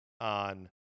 on